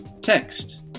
Text